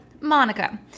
Monica